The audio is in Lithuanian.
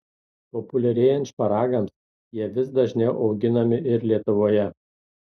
populiarėjant šparagams jie vis dažniau auginami ir lietuvoje